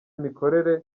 imikorere